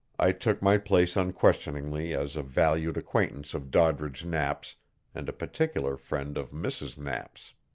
i took my place unquestioningly as a valued acquaintance of doddridge knapp's and a particular friend of mrs. knapp's.